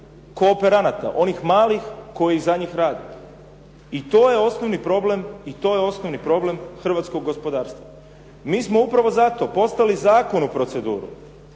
kooperanata, onih malih koji za njih rade. I to je osnovni problem hrvatskog gospodarstva. Mi smo upravo zato poslali zakon u proceduru